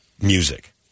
music